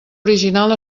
original